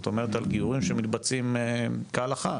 זאת אומרת לגיורים המתבצעים כהלכה,